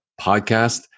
podcast